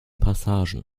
passagen